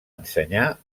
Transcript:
ensenyar